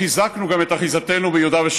חיזקנו את הפריפריה,